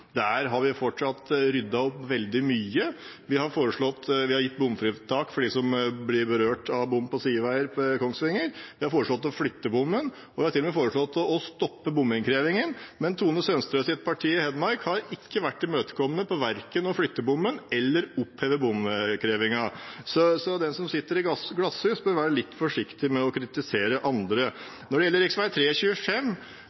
Der har vi ryddet opp veldig mye. Vi har gitt bompengefritak til dem som blir berørt av bom på sideveier ved Kongsvinger, vi har foreslått å flytte bommen, vi har til og med foreslått å stoppe bompengeinnkrevingen, men Tone Merete Sønsteruds parti i Hedmark har ikke vært imøtekommende med hensyn til verken å flytte bommen eller å oppheve bompengeinnkrevingen. Så den som sitter i glasshus, bør være litt forsiktig med å kritisere andre. Når det gjelder